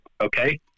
Okay